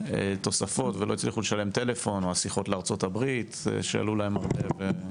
תוספות ולא הצליחו לשלם טלפון או השיחות לארצות הברית שעלו להם הרבה.